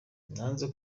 nanze